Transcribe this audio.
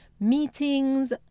meetings